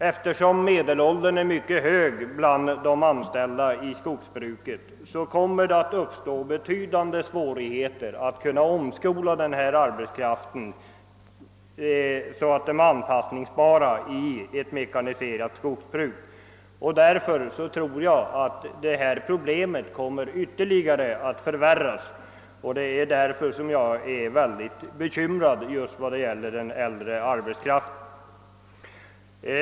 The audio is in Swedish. Eftersom medelåldern är mycket hög bland de anställda inom skogsbruket kommer det att möta betydande svårigheter att omskola arbetskraften, så att den blir anpassningsbar till ett mekaniserat skogsbruk. Jag tror sålunda att problemet kommer att bli än värre, och det är därför jag är så bekymrad när det gäller den äldre arbetskraften.